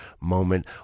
moment